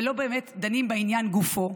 ולא באמת דנים בעניין לגופו?